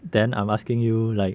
then I'm asking you like